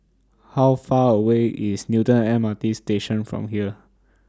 How Far away IS Newton M R T Station from here